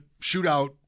shootout